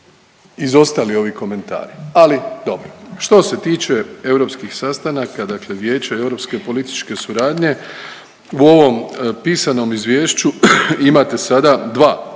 izostali ovi komentari ali dobro. Što se tiče europskih sastanaka dakle vijeća europske političke suradnje u ovom pisanom izvješću imate sada dva